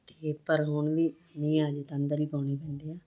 ਅਤੇ ਪਰ ਹੁਣ ਵੀ ਮੀਂਹ ਆ ਜਾਵੇ ਤਾਂ ਅੰਦਰ ਹੀ ਪਾਉਣੇ ਪੈਂਦੇ ਆ